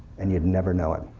and you'd never know it.